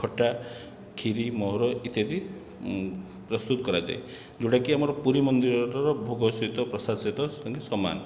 ଖଟା ଖିରୀ ମହୁର ଇତ୍ୟାଦି ପ୍ରସ୍ତୁତ କରାଯାଏ ଯେଉଁଟାକି ଆମର ପୁରୀ ମନ୍ଦିରର ଭୋଗ ସହିତ ପ୍ରସାଦ ସହିତ କୁହନ୍ତି ସମାନ